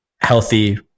healthy